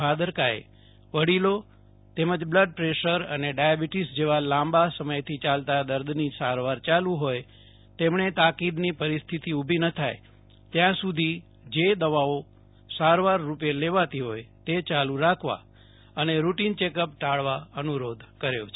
ભાદરકાએ વડીલોતેમજ blood pressure અને diabetes જેવા લાંબા સમય થી ચાલતા દર્દની સારવાર ચાલુ હોય તેમણે તાકીદની પરિસ્થિતિ ઉભી ન થાય ત્યાં સુધી જે દવાઓ સારવાર રૂપે લેવાતી હોય તે યાલુ રાખવા અને રૂટીન ચેકઅપ ટાળવા અનુ રોધ કર્યો છે